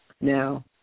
Now